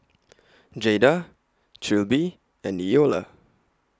Jayda Trilby and Eola